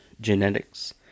genetics